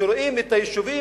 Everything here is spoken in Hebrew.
שרואים את היישובים